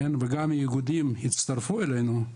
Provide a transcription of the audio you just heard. וגם איגודים יצטרפו אלינו.